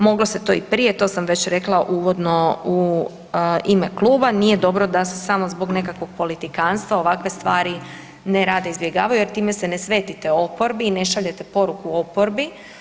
Moglo se to i prije, to sam već rekla uvodno u ime kluba, nije dobro da se samo zbog nekakvog politikanstva ovakve stvari ne rade i izbjegavaju jer time se ne svetite oporbi i ne šaljete poruku oporbi.